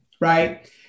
right